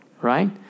Right